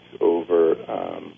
over